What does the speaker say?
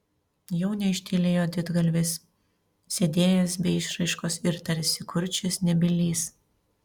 jau neištylėjo didgalvis sėdėjęs be išraiškos ir tarsi kurčias nebylys